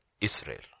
Israel